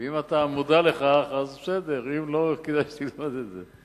אם אתה מודע לכך בסדר, אם לא, כדאי שתלמד את זה.